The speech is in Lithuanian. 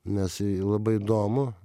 nes labai įdomu